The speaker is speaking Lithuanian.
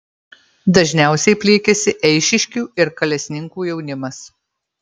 dažniausiai pliekiasi eišiškių ir kalesninkų jaunimas